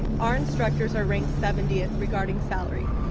our instructors are ranked seventieth regarding salary.